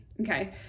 Okay